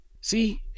see